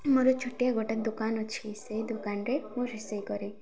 ମୋର ଛୋଟିଆ ଗୋଟେ ଦୋକାନ ଅଛି ସେଇ ଦୋକାନରେ ମୁଁ ରୋଷେଇ କରେ